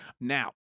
Now